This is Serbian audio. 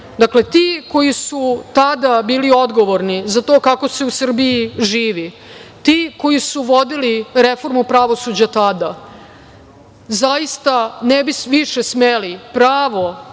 naneta. Dakle, ti koji su tada bili odgovorni za to kako se u Srbiji živi, ti koji su vodili reformu pravosuđa tada, zaista ne bi više smeli pravo